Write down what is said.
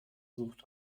sucht